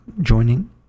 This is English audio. joining